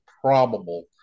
probable